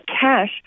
cash